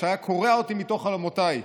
כשהיה קורע אותי מתוך חלומותיי".